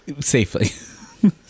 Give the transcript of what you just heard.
Safely